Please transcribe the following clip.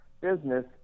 business